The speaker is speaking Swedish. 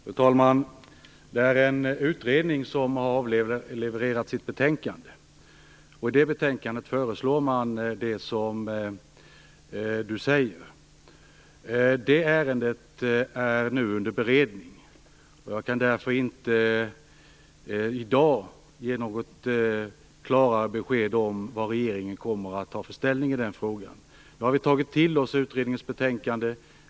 Fru talman! En utredning har avlevererat sitt betänkande, och i det föreslås det som Jan Backman säger. Detta ärende är nu under beredning, och jag kan därför inte i dag ge något klart besked om vilken ställning regeringen kommer att ta i den frågan. Vi har nu tagit till oss utredningens betänkande.